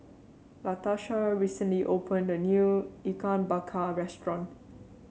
Latarsha recently opened a new Ikan Bakar restaurant